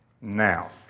Now